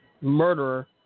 murderer